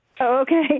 Okay